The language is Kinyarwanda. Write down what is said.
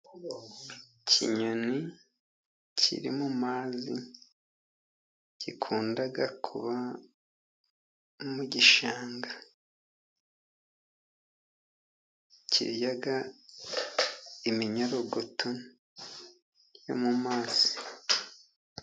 Ikinyoni kiri mu mazi, gikunda kuba mu gishanga, kirya iminyorogoto yo mu mazi.